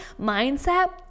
mindset